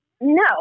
No